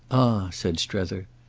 said strether,